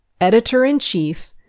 Editor-in-Chief